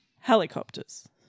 helicopters